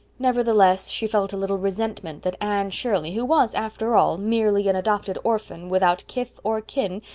nevertheless, she felt a little resentment that anne shirley, who was, after all, merely an adopted orphan, without kith or kin,